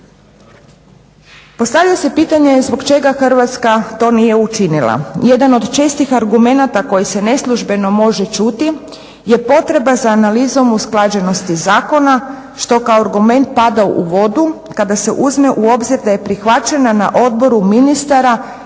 Postavlja se pitanje zbog čega Hrvatska to nije učinila? Jedan od čestih argumenata koji se neslužbeno može čuti je potreba za analizom usklađenosti zakona, što kao argument pada u vodu kada se uzme u obzir da je prihvaćena na Odboru ministara i da su